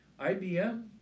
IBM